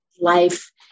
life